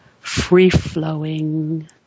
free-flowing